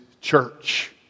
church